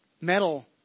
metal